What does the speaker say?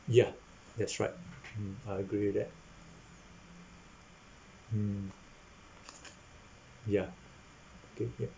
ya that's right mm I agree that mm ya can hear